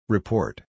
Report